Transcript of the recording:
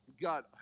God